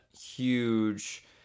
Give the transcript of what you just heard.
huge